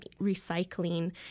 recycling